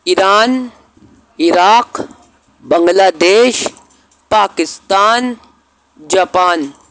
Iran Iraq Bangladesh Pakistan Japan